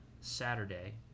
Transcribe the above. Saturday